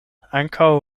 ankaŭ